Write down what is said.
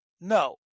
No